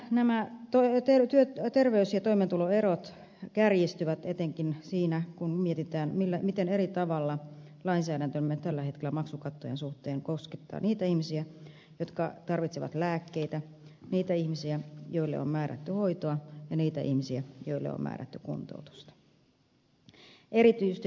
nämä terveys ja toimeentuloerot kärjistyvät etenkin siinä kun mietitään miten eri tavalla lainsäädäntömme tällä hetkellä maksukattojen suhteen koskettaa niitä ihmisiä jotka tarvitsevat lääkkeitä niitä ihmisiä joille on määrätty hoitoa ja niitä ihmisiä joille on määrätty kuntoutusta